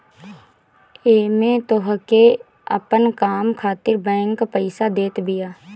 एमे तोहके अपन काम खातिर बैंक पईसा देत बिया